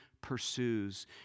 pursues